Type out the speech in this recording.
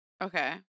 okay